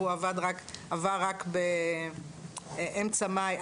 והוא עבר רק באמצע מאי,